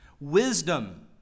wisdom